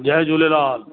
हा जय झूलेलाल